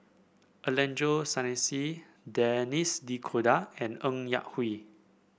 Angelo Sanelli Denis D'Cotta and Ng Yak Whee